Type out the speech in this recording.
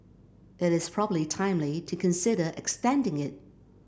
it is probably timely to consider extending it